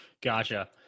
gotcha